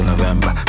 November